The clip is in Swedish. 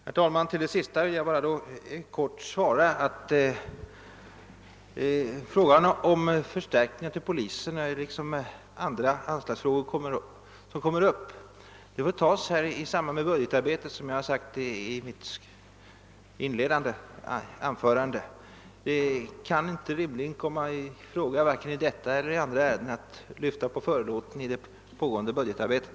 Herr talman! Med anledning av den ställda frågan vill jag helt kort svara att frågan om förstärkning av polisen, såsom jag framhållit i mitt svar, liksom andra anslagsfrågor får tas upp i samband med budgetarbetet. Det kan rimligen inte vare sig i detta eller i andra ärenden komma i fråga att man lyftar på förlåten inför det kommande budgetarbetet.